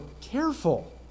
careful